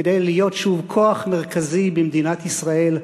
כדי להיות שוב כוח מרכזי במדינת ישראל,